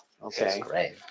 okay